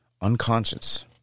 unconscious